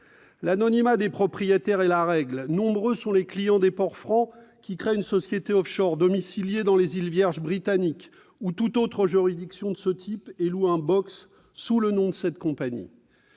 L'anonymat des propriétaires est la règle. Nombreux sont les clients des ports francs qui créent une société offshore domiciliée dans les îles Vierges britanniques ou dans toute autre juridiction de ce type, et louent un box sous le nom de cette compagnie.